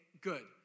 good